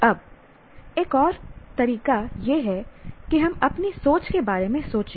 अब एक और तरीका यह है कि हम अपनी सोच के बारे में सोचें